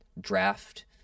draft